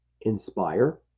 inspire